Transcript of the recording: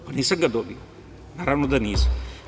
Pa nisam ga dobio, naravno da nisam.